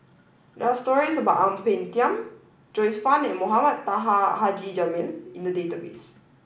there are stories about Ang Peng Tiam Joyce Fan and Mohamed Taha Haji Jamil in the database